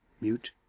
mute